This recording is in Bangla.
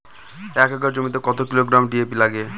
এক একর জমিতে কত কিলোগ্রাম ডি.এ.পি লাগে?